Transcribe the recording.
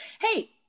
hey